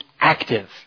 active